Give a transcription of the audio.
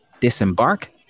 disembark